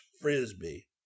Frisbee